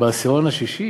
בעשירון השישי